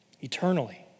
eternally